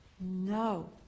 No